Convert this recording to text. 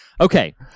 okay